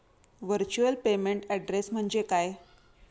Virtual payment address म्हणजे काय?